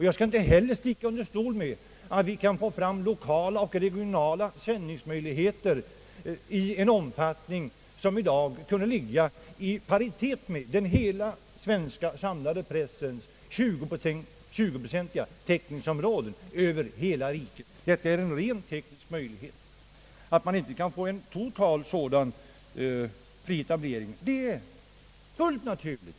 Jag skall inte heller sticka under stol med att vi kan få fram lokala och regionala sändningsmöjligheter i en omfattning som i dag kunde ligga i paritet med hela den samlade svenska pressens 20-procentiga täckningsområden över hela riket. Detta är en rent teknisk möjlighet. Att man inte kan få en total fri etablering är fullt naturligt.